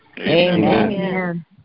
Amen